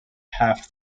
half